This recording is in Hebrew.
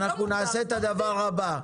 אנחנו נעשה את הדבר הבא.